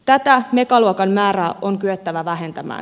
tätä megaluokan määrää on kyettävä vähentämään